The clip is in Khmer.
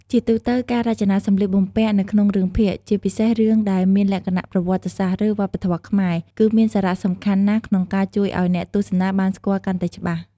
ជាទូទៅ ការរចនាសម្លៀកបំពាក់នៅក្នុងរឿងភាគ ជាពិសេសរឿងដែលមានលក្ខណៈប្រវត្តិសាស្ត្រ ឬវប្បធម៌ខ្មែរ គឺមានសារៈសំខាន់ណាស់ក្នុងការជួយឲ្យអ្នកទស្សនាបានស្គាល់កាន់តែច្បាស់។